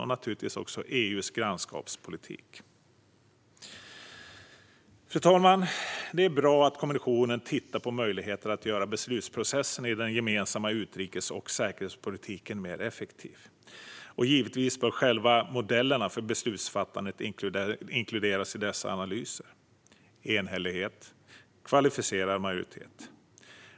EU:s grannskapspolitik är naturligtvis även viktig i detta avseende. Fru talman! Det är bra att kommissionen tittar på möjligheter att göra beslutsprocessen i den gemensamma utrikes och säkerhetspolitiken mer effektiv. Givetvis bör även själva modellerna för beslutsfattande inkluderas i dessa analyser. Det handlar om enhällighet och kvalificerad majoritet.